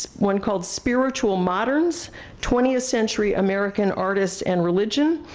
one called spiritual moderns twentieth century american artists and religion,